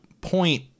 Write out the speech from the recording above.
point